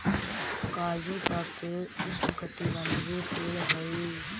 काजू का पेड़ उष्णकटिबंधीय पेड़ हई